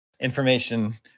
Information